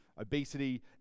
Obesity